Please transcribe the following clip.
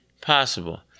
possible